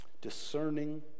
discerning